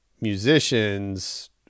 musicians